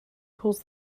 pulls